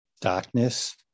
darkness